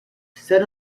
said